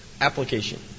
Application